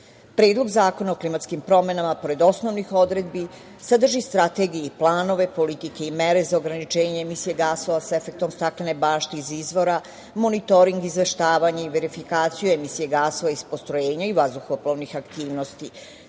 života. Predlog zakona o klimatskim promenama, pored osnovnih odredbi, sadrži strategije i planove, politike i mere za ograničenje emisije gasova sa efektom "staklene bašte" iz izvora, monitoring izveštavanje i verifikaciju emisije gasova iz postrojenja i vazduhoplovnih aktivnosti,